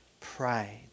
pride